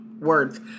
words